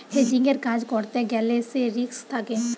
হেজিংয়ের কাজ করতে গ্যালে সে রিস্ক থাকে